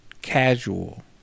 casual